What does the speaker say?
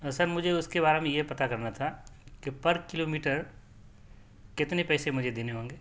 سر مجھے اس کے بارے میں یہ پتہ کرنا تھا کہ پر کلو میٹر کتنے پیسے مجھے دینے ہوں گے